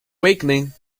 wakening